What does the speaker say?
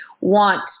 want